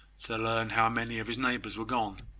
to learn how many of his neighbours were gone,